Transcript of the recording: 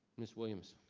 miss williams?